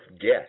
guess